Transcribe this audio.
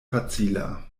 facila